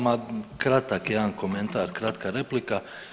Ma kratak jedan komentar, kratka replika.